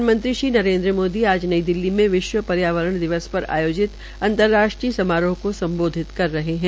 प्रधानमंत्री नरेन्द्र मादी आज नई दिल्ली में विश्व पर्यावरण दिवस पर आयोजित अंतर्राष्ट्रीय समारोह को सम्बोधित कर रहे है